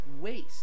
waste